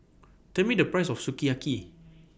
Tell Me The Price of Sukiyaki